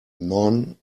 noone